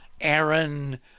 Aaron –